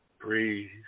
Breathe